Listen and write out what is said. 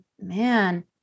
man